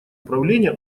управления